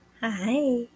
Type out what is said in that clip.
Hi